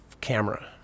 camera